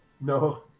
No